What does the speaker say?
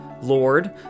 Lord